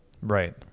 right